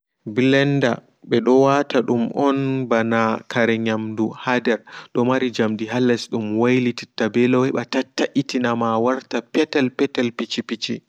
Blender ɓedo wata dum on ɓana kare nyamdu haa nder domari jamdi ha less dum wailititta ɓe lau heɓa tattitinama warta petel petel pici pici.